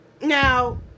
Now